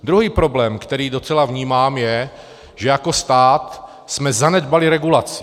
Druhý problém, který docela vnímám, je, že jako stát jsme zanedbali regulaci.